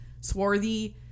swarthy